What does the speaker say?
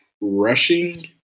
rushing